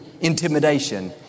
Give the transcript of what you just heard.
intimidation